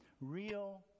real